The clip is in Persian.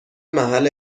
محل